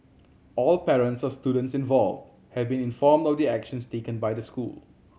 all parents of students involved have been informed of the actions taken by the school